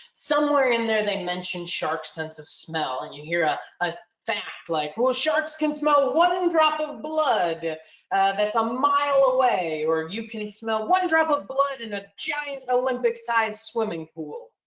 somewhere in there, they mentioned sharks sense of smell. and you hear ah fact like, well, sharks can smell one drop of blood that's a mile away or you can smell one drop of blood in a giant olympic sized swimming pool.